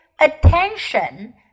attention